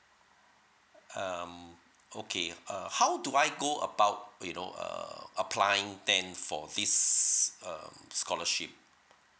um okay err how do I go about you know err applying then for this um scholarship